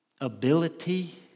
ability